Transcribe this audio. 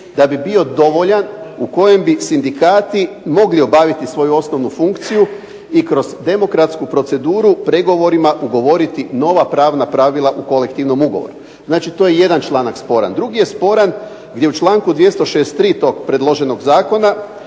da bi bio dovoljan u kojem bi sindikati mogli obavit svoju osnovnu funkciju i kroz demokratsku proceduru pregovorima ugovoriti nova pravna pravila u kolektivnom ugovoru. Znači to je jedan članak sporan. Drugi je sporan gdje u članku 263. tog predloženog Zakona